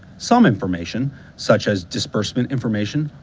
some information such as disbursement information,